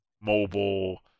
mobile